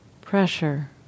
pressure